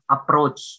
Approach